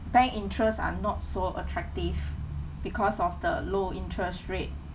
bank interest are not so attractive because of the low interest rate